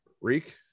reek